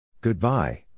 Goodbye